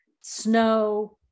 snow